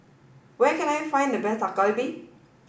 where can I find the best Dak Galbi